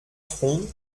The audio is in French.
front